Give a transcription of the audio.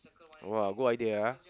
!wah! good idea ah